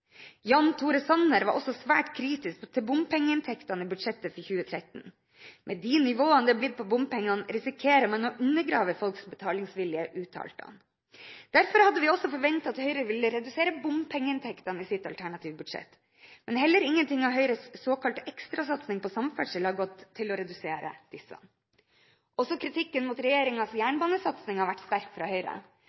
Jan Tore Sanner var også svært kritisk til bompengeinntektene i budsjettet for 2013. «Med de nivåene det er blitt på bompengene, risikerer man å undergrave folks betalingsvilje,» uttalte han. Derfor hadde vi også forventet at Høyre ville redusere bompengeinntektene i sitt alternative budsjett, men heller ingenting av Høyres såkalte «ekstrasatsing» på samferdsel har gått til å redusere disse. Også kritikken mot regjeringens jernbanesatsing har vært sterk fra Høyre.